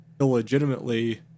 illegitimately